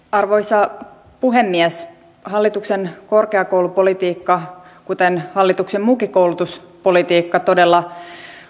arvoisa puhemies hallituksen korkeakoulupolitiikka kuten hallituksen muukin koulutuspolitiikka todella